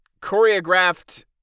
choreographed